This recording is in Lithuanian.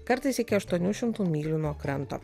kartais iki aštuonių šimtų mylių nuo kranto